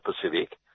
Pacific